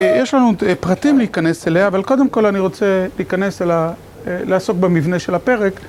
יש לנו פרטים להיכנס אליה, אבל קודם כל אני רוצה להיכנס, לעסוק במבנה של הפרק.